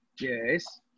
yes